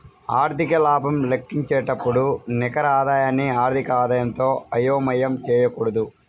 ఆర్థిక లాభం లెక్కించేటప్పుడు నికర ఆదాయాన్ని ఆర్థిక ఆదాయంతో అయోమయం చేయకూడదు